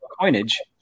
coinage